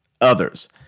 others